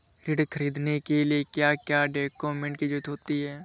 ऋण ख़रीदने के लिए क्या क्या डॉक्यूमेंट की ज़रुरत होती है?